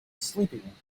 sleeping